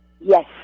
Yes